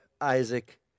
Isaac